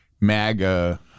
MAGA